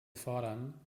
fordern